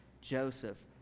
Joseph